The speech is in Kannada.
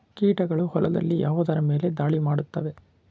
ಕೀಟಗಳು ಹೊಲದಲ್ಲಿ ಯಾವುದರ ಮೇಲೆ ಧಾಳಿ ಮಾಡುತ್ತವೆ?